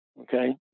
okay